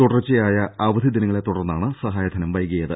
തുടർച്ചയായ അവധി ദിനങ്ങളെത്തുടർന്നാണ് സഹായധനം വൈകിയത്